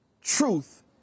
Truth